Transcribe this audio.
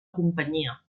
companyia